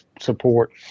support